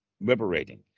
liberating